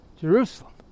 Jerusalem